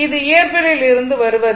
இது இயற்பியலில் இருந்து வருவது